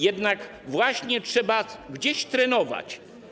Jednak właśnie trzeba gdzieś trenować.